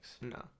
No